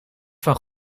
van